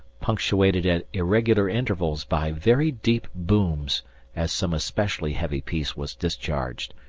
punctuated at irregular intervals by very deep booms as some especially heavy piece was discharged,